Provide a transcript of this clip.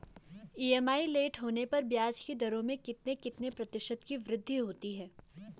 EMI late होने पर ब्याज की दरों में कितने कितने प्रतिशत की वृद्धि होती है?